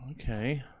okay